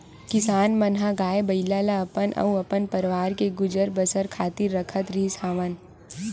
किसान मन ह गाय, बइला ल अपन अउ अपन परवार के गुजर बसर खातिर राखत रिहिस हवन